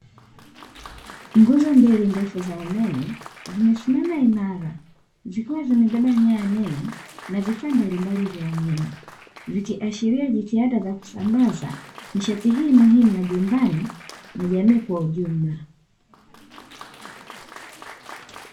Nguzo mbili ndefu za umeme zimesimama imara zikiwa zimebeba nyaya nene na vifaa mbalimbali vya umeme, vikiashiria jitihada za kusambaza nishati hii muhimu majumbani na jamii kwa ujumla.